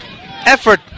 effort